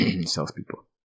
salespeople